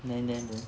and then